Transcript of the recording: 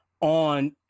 on